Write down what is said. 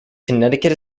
connecticut